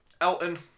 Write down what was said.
Elton